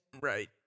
right